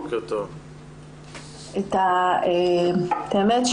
את האמת,